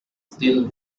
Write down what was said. steel